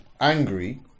angry